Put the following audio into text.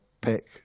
pick